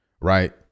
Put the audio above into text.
right